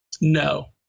No